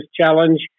Challenge